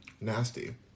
Nasty